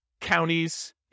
counties